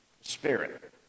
spirit